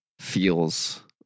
feels